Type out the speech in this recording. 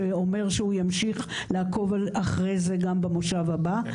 שאומר שהוא ימשיך לעקוב אחרי זה גם במושב הבא.